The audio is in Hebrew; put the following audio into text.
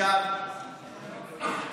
שחט משפחה,